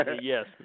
Yes